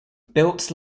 built